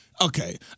okay